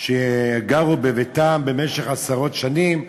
שגרו בביתן במשך עשרות שנים,